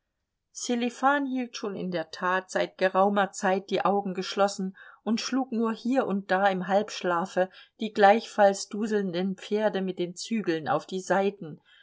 sselifan hielt schon in der tat seit geraumer zeit die augen geschlossen und schlug nur hier und da im halbschlafe die gleichfalls duselnden pferde mit den zügeln auf die seiten